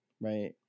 Right